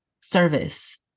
service